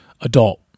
Adult